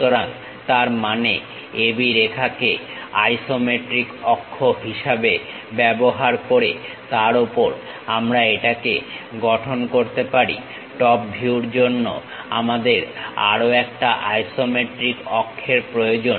সুতরাং তার মানে AB রেখাকে আইসোমেট্রিক অক্ষ হিসাবে ব্যবহার করে তার ওপর আমরা এটাকে গঠন করতে পারি টপ ভিউর জন্য আমাদের আরও একটা আইসোমেট্রিক অক্ষের প্রয়োজন